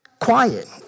quiet